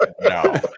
no